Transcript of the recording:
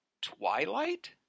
Twilight